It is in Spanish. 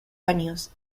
años